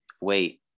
wait